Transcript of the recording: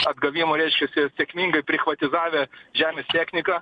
atgavimo reiškiasi sėkmingai privatizavę žemės techniką